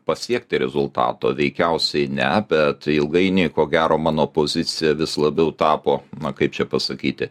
pasiekti rezultato veikiausiai ne bet ilgainiui ko gero mano pozicija vis labiau tapo na kaip čia pasakyti